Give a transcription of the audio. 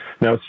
Now